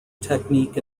technique